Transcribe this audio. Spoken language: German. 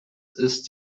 ist